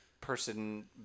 person